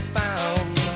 found